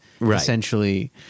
essentially